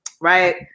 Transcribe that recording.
right